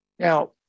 Now